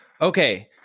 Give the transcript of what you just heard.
okay